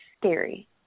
scary